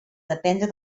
dependre